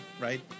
right